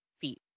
feet